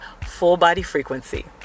fullbodyfrequency